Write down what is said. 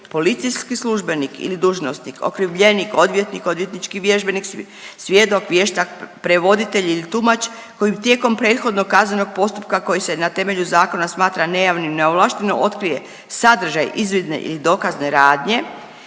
policijski službenik ili dužnosnik, okrivljenik, odvjetnik, odvjetnički vježbenik, svjedok, vještak, prevoditelj ili tumač koji tijekom prethodnog kaznenog postupka koji se na temelju zakona smatra nejavnim, neovlašteno otkrije sadržaj izvidne ili dokazne radnje